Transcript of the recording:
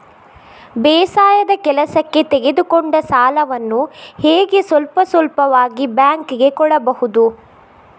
ಬೇಸಾಯದ ಕೆಲಸಕ್ಕೆ ತೆಗೆದುಕೊಂಡ ಸಾಲವನ್ನು ಹೇಗೆ ಸ್ವಲ್ಪ ಸ್ವಲ್ಪವಾಗಿ ಬ್ಯಾಂಕ್ ಗೆ ಕೊಡಬಹುದು?